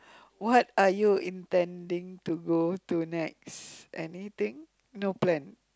what are you intending to go to next anything no plan